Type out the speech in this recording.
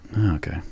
Okay